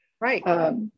Right